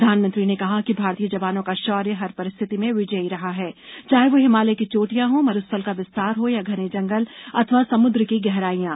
प्रधानमंत्री ने कहा कि भारतीय जवानों का शौर्य हर परिस्थिति में विजयी रहा है चाहे वो हिमालय की चोटियां हों मरुस्थल का विस्तार हो या घने जंगल अथवा समुद्र की गहराइयां